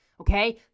okay